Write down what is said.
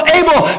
able